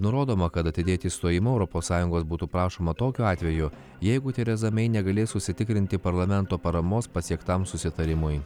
nurodoma kad atidėti išstojimo europos sąjungos būtų prašoma tokiu atveju jeigu tereza mei negalės užsitikrinti parlamento paramos pasiektam susitarimui